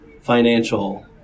financial